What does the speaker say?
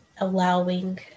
allowing